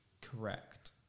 Correct